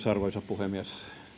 arvoisa puhemies